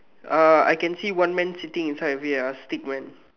uh I can see one man sitting inside with uh stickman